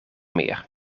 meer